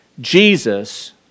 Jesus